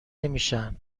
نمیشن